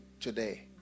today